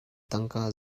tangka